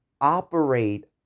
operate